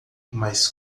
mas